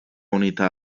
unita